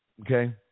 okay